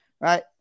right